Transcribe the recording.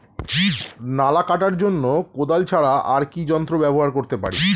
নালা কাটার জন্য কোদাল ছাড়া আর কি যন্ত্র ব্যবহার করতে পারি?